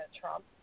Trump